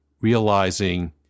realizing